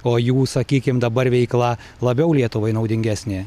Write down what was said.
o jų sakykim dabar veikla labiau lietuvai naudingesnė